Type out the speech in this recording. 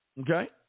Okay